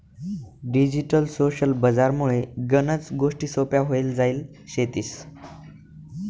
digital social बजार मुळे गनच गोष्टी सोप्प्या व्हई जायल शेतीस